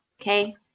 okay